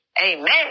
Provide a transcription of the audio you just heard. Amen